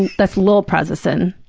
that's lil' prazosin.